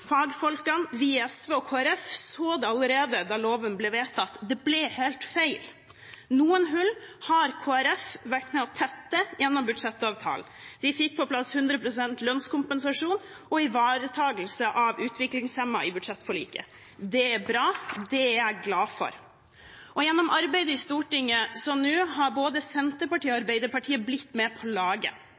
fagfolkene, vi i SV og Kristelig Folkeparti så det allerede da loven ble vedtatt – det ble helt feil. Noen hull har Kristelig Folkeparti vært med på å tette gjennom budsjettavtalen. De fikk på plass 100 pst. lønnskompensasjon og ivaretakelse av utviklingshemmede i budsjettforliket. Det er bra, det er jeg glad for. Gjennom arbeidet i Stortinget har nå både Senterpartiet og Arbeiderpartiet blitt med på laget,